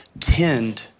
tend